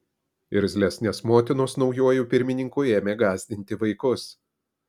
irzlesnės motinos naujuoju pirmininku ėmė gąsdinti vaikus